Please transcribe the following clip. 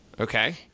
Okay